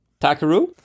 Takaru